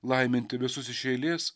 laiminti visus iš eilės